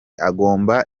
agomba